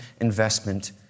investment